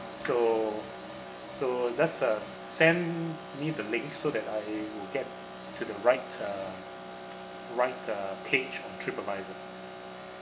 so so just uh send me the link so that I will get to the right uh right uh page on TripAdvisor